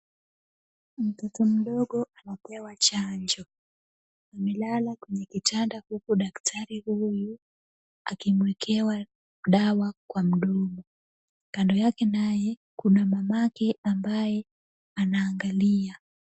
Mtoto mdogo anapewa chanjo. Amelala kwenye kitanda huku daktari huyu akimwekea dawa kwa mdomo. Kando yake naye kuna mamake ambaye anaangalia.